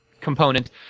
component